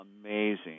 amazing